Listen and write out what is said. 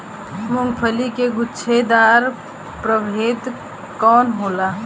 मूँगफली के गुछेदार प्रभेद कौन होला?